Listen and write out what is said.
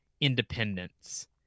independence